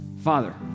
father